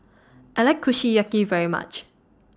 I like Kushiyaki very much